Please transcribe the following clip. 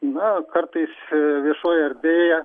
na kartais viešoj erdvėje